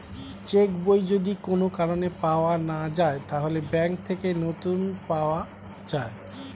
check বই যদি কোন কারণে পাওয়া না যায়, তাহলে ব্যাংক থেকে নতুন পাওয়া যায়